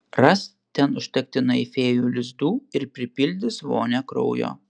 ras ten užtektinai fėjų lizdų ir pripildys vonią kraujo